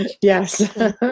Yes